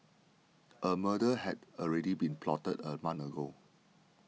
a murder had already been plotted a month ago